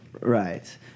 Right